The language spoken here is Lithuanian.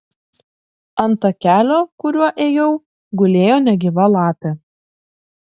ant takelio kuriuo ėjau gulėjo negyva lapė